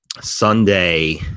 Sunday